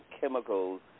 chemicals